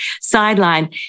sideline